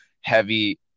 heavy